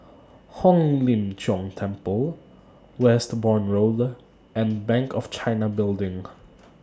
Hong Lim Jiong Temple Westbourne Road and Bank of China Building